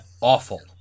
awful